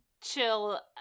chill